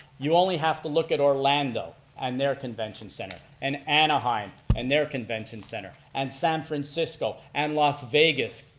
you only have to look at orlando and their convention center, and anaheim and their convention center, and san francisco and las vegas.